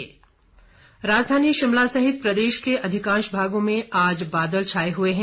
मौसम राजधानी शिमला सहित प्रदेश के अधिकांश भागों में आज बादल छाए हुए हैं